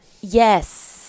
yes